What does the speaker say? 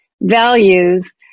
values